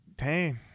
Hey